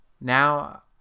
Now